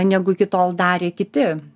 negu iki tol darė kiti